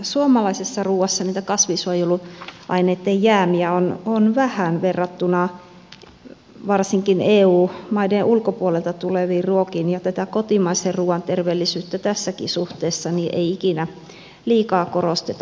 suomalaisessa ruuassa niitä kasvinsuojeluaineitten jäämiä on vähän verrattuna varsinkin eu maiden ulkopuolelta tuleviin ruokiin ja tätä kotimaisen ruuan terveellisyyttä tässäkään suhteessa ei ikinä liikaa korosteta